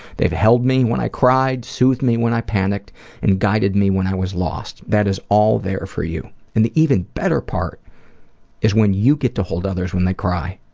they've held me when i cried, soothed me when i panicked and guided me when i was lost. that is all there for you. and the even better part is when you get to hold others when they cry,